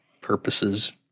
purposes